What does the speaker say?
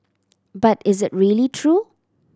but is it really true